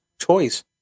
choice